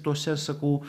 tose sakau